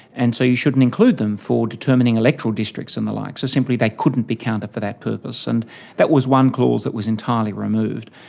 and so you shouldn't include them for determining electoral districts and the like. so simply that couldn't be counted for that purpose. and that was one clause that was entirely removed.